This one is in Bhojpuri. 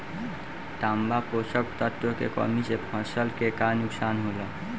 तांबा पोषक तत्व के कमी से फसल के का नुकसान होला?